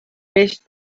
peix